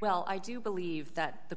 well i do believe that the